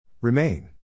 Remain